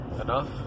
enough